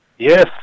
Yes